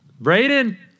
Braden